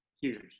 huge